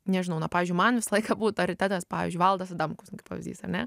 nežinau na pavyzdžiui man visą laiką buvo autoritetas pavyzdžiui valdas adamkus nu kaip pavyzdys ar ne